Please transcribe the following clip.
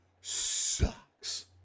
sucks